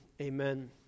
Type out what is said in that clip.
Amen